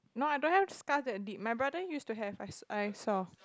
no I don't have scars that deep my brother used to have I I saw